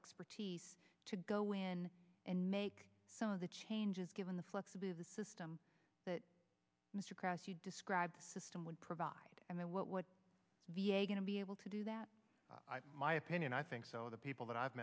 expertise to go in and make some of the changes given the flexible of the system that mr grass you describe the system would provide and then what what v a going to be able to do that my opinion i think so the people that i've